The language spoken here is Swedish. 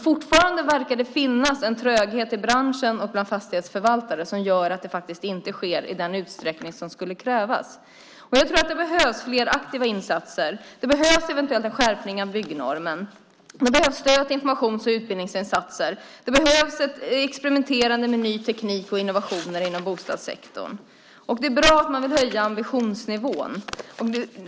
Fortfarande verkar det finnas en tröghet i branschen och bland fastighetsförvaltare som gör att arbetet inte sker i den utsträckning som skulle krävas. Det behövs fler aktiva insatser. Det behövs eventuella skärpningar av byggnormen, och det behövs stöd till informations och utbildningsinsatser. Det behövs ett experimenterande med ny teknik och innovationer inom bostadssektorn. Det är bra att man vill höja ambitionsnivån.